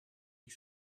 die